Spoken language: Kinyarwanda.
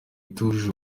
itujuje